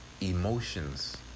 emotions